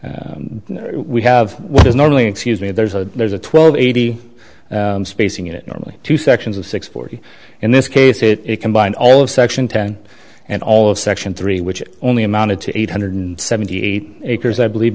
smaller we have what is normally excuse me there's a there's a twelve eighty spacing it normally two sections of six forty in this case it combined all of section ten and all of section three which only amounted to eight hundred seventy eight acres i believe